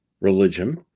religion